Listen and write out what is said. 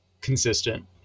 consistent